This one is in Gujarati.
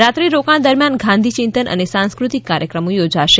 રાત્રી રોકાણ દરમ્યાન ગાંધી ચિંતન અને સાંસ્કૃતિક કાર્યક્રમો યોજાનાર છે